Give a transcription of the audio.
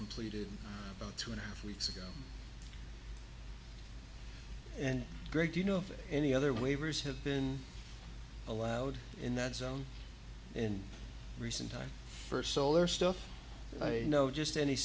completed about two and a half weeks ago and greg do you know if any other waivers have been allowed in that zone in recent time first solar stuff i know just any